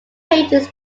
pages